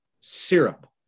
syrup